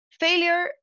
failure